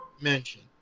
mention